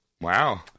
Wow